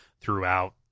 throughout